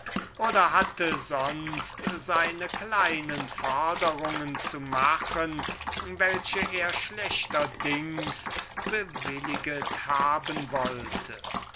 oder hatte sonst seine kleine forderungen zu machen welche er schlechterdings bewilliget haben wollte